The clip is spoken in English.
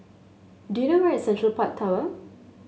do you know where is Central Park Tower